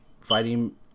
fighting